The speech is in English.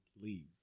leaves